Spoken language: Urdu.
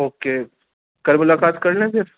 اوکے کل ملاقات کر لیں پھر